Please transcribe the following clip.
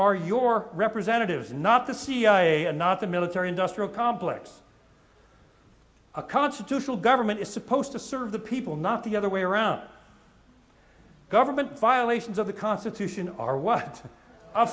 are your representatives not the cia and not the military industrial complex a constitutional government is supposed to serve the people not the other way around government violations of the constitution are what a